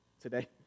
today